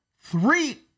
three